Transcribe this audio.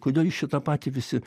kodėl jūs čia tą patį visi